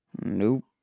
Nope